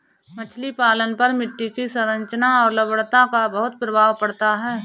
मछली पालन पर मिट्टी की संरचना और लवणता का बहुत प्रभाव पड़ता है